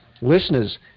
listeners